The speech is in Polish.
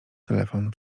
telefon